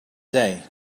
day